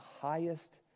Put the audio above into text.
highest